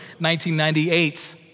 1998